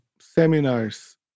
seminars